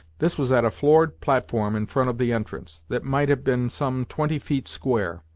this was at a floored platform in front of the entrance, that might have been some twenty feet square.